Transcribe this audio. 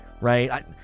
right